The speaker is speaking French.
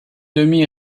demi